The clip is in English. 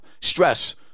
Stress